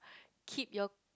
keep your